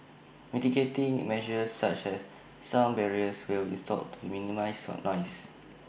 mitigating measures such as sound barriers will be installed to minimise noise